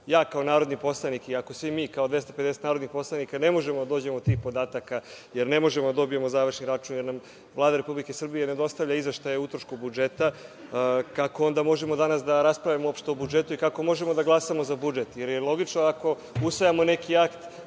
ja, kao narodni poslanik i ako svi mi, kao 250 narodnih poslanika, ne možemo da dođemo do tih podataka, jer ne možemo da dobijemo završni račun, jer nam Vlada Republike Srbije ne dostavlja izveštaje o utrošku budžeta, kako onda možemo danas da raspravljamo uopšte o budžetu i kako možemo da glasamo za budžet. Logično je ako usvajamo neki akt,